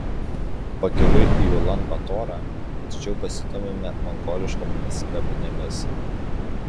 pakeliui į ulan batorą atidžiau pasidomime mongoliškomis kapinėmis